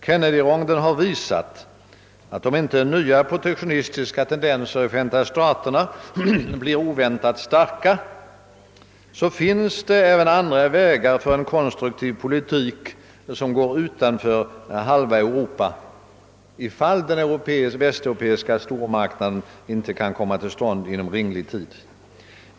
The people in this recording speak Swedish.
Kennedyronden har visat att om inte nya protektionistiska tendenser i Förenta staterna blir oväntat starka, så finns det även andra möjligheter att föra en konstruktiv politik som går utanför halva Europa, om den västeuropeiska stormarknaden inte kan komma till stånd inom rimlig tid.